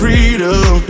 Freedom